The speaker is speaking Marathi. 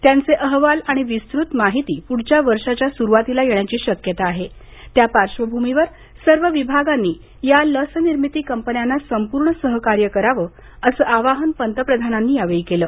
त्यांचे अहवाल आणि विस्तृत माहिती पुढच्या वर्षाच्या सुरुवातीला येण्याची शक्यता आहे त्या पार्श्वभूमीवर सर्व विभागांनी या लस निर्मिती कंपन्यांना संपूर्ण सहकार्य करावं असं आवाहन पंतप्रधानांनी यावेळी केलं